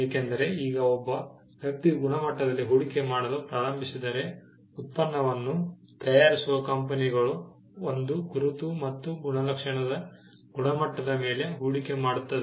ಏಕೆಂದರೆ ಈಗ ಒಬ್ಬ ವ್ಯಕ್ತಿಯು ಗುಣಮಟ್ಟದಲ್ಲಿ ಹೂಡಿಕೆ ಮಾಡಲು ಪ್ರಾರಂಭಿಸಿದರೆ ಉತ್ಪನ್ನವನ್ನು ತಯಾರಿಸುವ ಕಂಪನಿಗಳು ಒಂದು ಗುರುತು ಮತ್ತು ಗುಣಲಕ್ಷಣದ ಗುಣಮಟ್ಟದ ಮೇಲೆ ಹೂಡಿಕೆ ಮಾಡುತ್ತದೆ